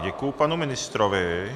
Děkuji panu ministrovi.